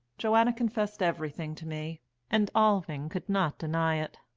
johanna confessed everything to me and alving could not deny it.